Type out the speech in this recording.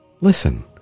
listen